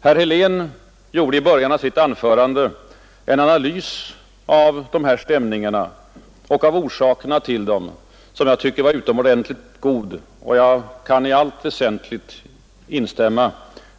Herr Helén gjorde i början av sitt anförande en analys av dessa stämningar och av orsakerna till dem, som jag tycker var utomordentligt god, och jag kan i allt väsentligt instämma